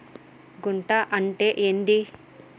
గుంట అంటే ఏంది?